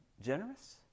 generous